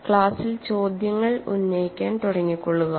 ക്ലാസിൽ ചോദ്യങ്ങൾ ഉന്നയിക്കാൻ തുടങ്ങി കൊള്ളുക